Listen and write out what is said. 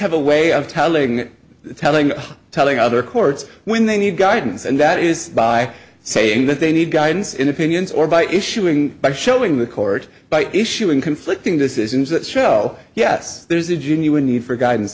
have a way of telling telling telling other courts when they need guidance and that is by saying that they need guidance in opinions or by issuing by showing the court by issuing conflicting decisions that show yes there's a genuine need for guidance